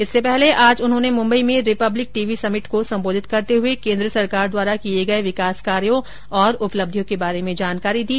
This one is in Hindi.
इससे पहले आज उन्होंने मुंबई में रिपब्लिक टीवी समिट को संबोधित करते हए केन्द्र सरकार द्वारा किए गए विकास कार्यों और उपलब्धियों के बारे में जानकारी दी